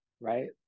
right